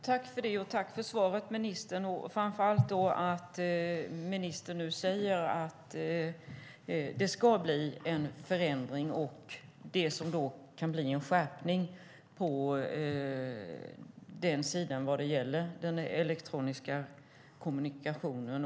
Fru talman! Jag vill tacka ministern för svaret och framför allt för att ministern nu säger att det ska bli en förändring och en skärpning i rättighetslagstiftningen vad gäller den elektroniska kommunikationen.